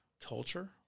culture